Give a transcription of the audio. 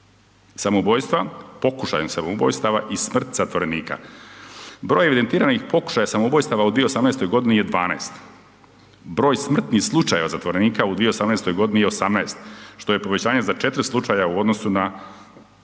Samoubojstva, pokušaj samoubojstava i smrt zatvorenika, broj evidentiranih pokušaja samoubojstava u 2018. g. je 12, broj smrtnih slučajeva zatvorenika u 2018. g. je 18, što je povećanje za 4 slučaja u odnosu na